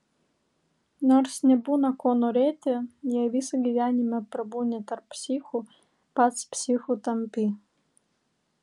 nors nebūna ko norėti jei visą gyvenimą prabūni tarp psichų pats psichu tampi